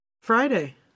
Friday